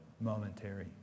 momentary